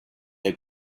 they